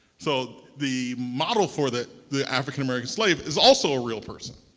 so the model for the the african american slave is also a real person.